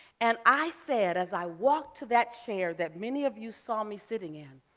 and i said as i walked to that chair that many of you saw me sitting in,